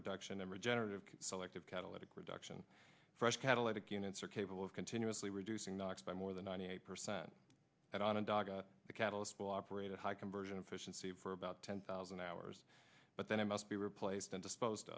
reduction in regenerative selective catalytic reduction fresh catalytic units are capable of continuously reducing knocks by more than ninety eight percent at onondaga the catalyst will operate at high conversion efficiency for about ten thousand hours but then it must be replaced and disposed